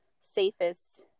safest